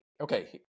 okay